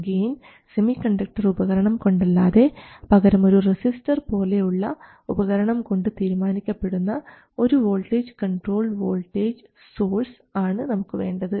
gain semiconductor ഉപകരണം കൊണ്ടല്ലാതെ പകരം ഒരു റെസിസ്റ്റർ പോലെ ഉള്ള ഉപകരണം കൊണ്ട് തീരുമാനിക്കപ്പെടുന്ന ഒരു വോൾട്ടേജ് കൺട്രോൾഡ് വോൾട്ടേജ് സോഴ്സ് ആണ് നമുക്ക് വേണ്ടത്